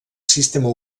sistema